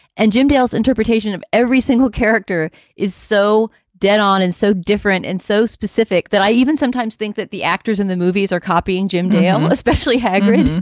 and jim dale's interpretation of every single character is so dead on and so different and so specific that i even sometimes think that the actors in the movies are copying jim dale, especially hagrid.